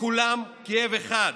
לכולם כאב אחד: